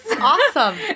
Awesome